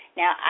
now